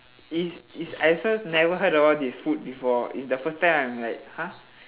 it's it's I also never heard of about this food before it's the first time I'm like !huh!